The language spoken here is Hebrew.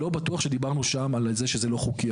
לא בטוח שדיברנו שם על זה שזה לא חוקי.